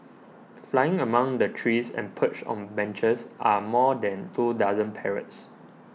flying among the trees and perched on benches are more than two dozen parrots